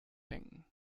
lenken